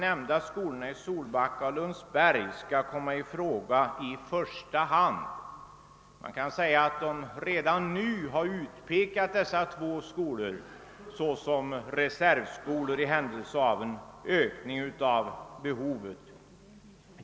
nämnda skolorna i Solbacka och Lundsberg komma i fråga i första hand. Man kan säga att dessa två skolor redan utpekats som reservskolor i händelse av en ökning av behovet.